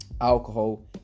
alcohol